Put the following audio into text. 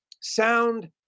sound